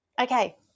Okay